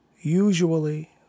usually